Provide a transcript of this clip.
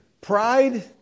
Pride